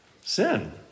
Sin